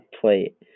plate